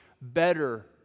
better